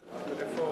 החוץ,